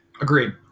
Agreed